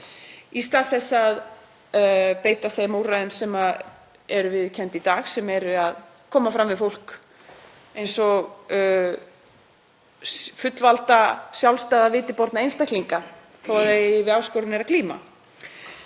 í stað þess að beita þeim úrræðum sem eru viðurkennd í dag, sem er að koma fram við fólk eins og fullveðja, sjálfstæða, vitiborna einstaklinga, þó að þeir eigi við áskoranir að glíma.